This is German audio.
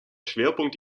schwerpunkt